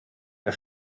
der